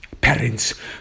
parents